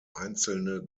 einzelne